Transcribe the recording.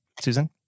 Susan